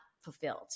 fulfilled